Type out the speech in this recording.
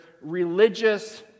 religious